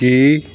ਕੀ